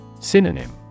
Synonym